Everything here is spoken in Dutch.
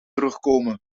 terugkomen